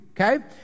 okay